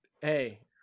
hey